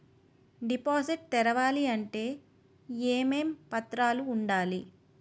Deposit తెరవాలి అంటే ఏమేం పత్రాలు ఉండాలి?